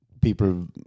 people